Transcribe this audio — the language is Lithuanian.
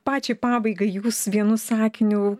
pačiai pabaigai jūs vienu sakiniu